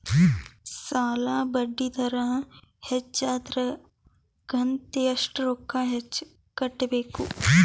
ಸಾಲಾ ಬಡ್ಡಿ ದರ ಹೆಚ್ಚ ಆದ್ರ ಕಂತ ಎಷ್ಟ ರೊಕ್ಕ ಹೆಚ್ಚ ಕಟ್ಟಬೇಕು?